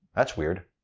that's weird.